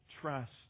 trust